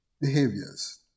behaviors